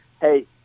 hey